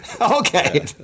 okay